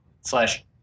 slash